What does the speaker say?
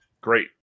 Great